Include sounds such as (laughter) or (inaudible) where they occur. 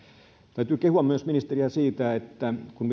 täytyy kehua ministeriä myös siitä että kun (unintelligible)